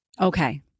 Okay